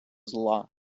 зла